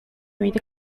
veinte